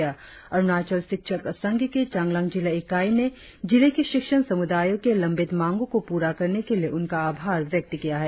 इस बीच अरुणाचल शिक्षक संघ की चांगलांग जिला इकाई ने जिले के शिक्षण समुदायों के लंबित मांगों को पूरा करने के लिए सांसदो का आभार व्यक्त किया है